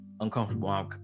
uncomfortable